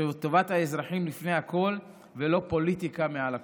שבה טובת האזרחים לפני הכול ולא פוליטיקה מעל הכול.